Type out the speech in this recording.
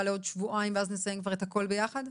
לעוד שבועיים ואז נסיים כבר את הכל ביחד?